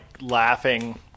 laughing